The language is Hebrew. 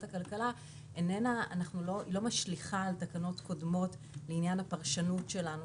הכלכלה לא משליכה על תקנות קודמות לעניין הפרשנות שלנו,